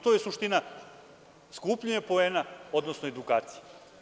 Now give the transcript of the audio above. To je suština skupljanja poena, odnosno edukacija.